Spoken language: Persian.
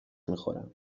میخورم